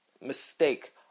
mistake